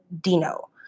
Dino